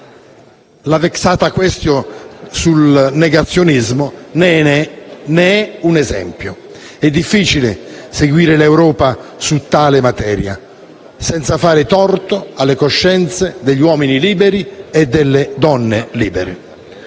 La *vexata quaestio* sul negazionismo ne è un esempio anche se è difficile seguire l'Europa su tale materia senza fare torto alle coscienze degli uomini liberi e delle donne libere.